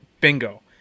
Bingo